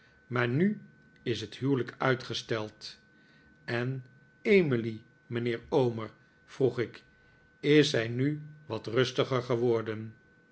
maar nu is het huwelijk uitgesteld en emily mijnheer omer vroeg ik is zij nu wat rustiger geworden